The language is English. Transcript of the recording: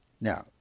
Now